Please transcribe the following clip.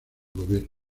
gobierno